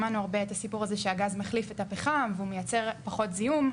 שמענו הרבה את הסיפור שהגז מחליף את הפחם והוא מייצר פחות זיהום.